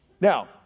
Now